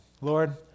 Lord